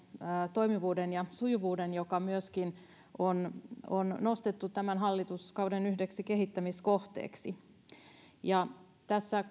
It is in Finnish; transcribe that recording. toimivuuden ja sujuvuuden joka on nostettu myöskin yhdeksi tämän hallituskauden kehittämiskohteeksi tässä